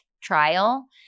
trial